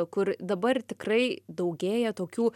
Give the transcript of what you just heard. kur dabar tikrai daugėja tokių